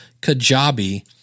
Kajabi